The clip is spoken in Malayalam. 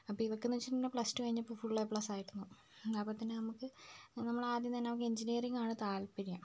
അപ്പം ഇവൾക്ക് എന്ന് വെച്ചിട്ടുണ്ടെങ്കിൽ പ്ലസ് ടു കഴിഞ്ഞപ്പോൾ ഫുൾ എ പ്ലസ് ആയിരുന്നു അതുപോലെ തന്നെ നമുക്ക് നമ്മൾ ആദ്യം തന്നെ അവൾക്ക് എൻജിനീയറിംഗ് ആണ് താല്പര്യം